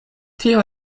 tio